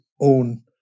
own